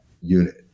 unit